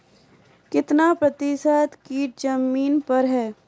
कितना प्रतिसत कीट जमीन पर हैं?